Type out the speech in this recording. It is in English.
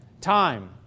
time